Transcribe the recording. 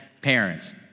parents